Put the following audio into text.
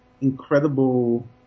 incredible